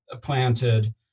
Planted